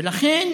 ולכן